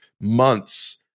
months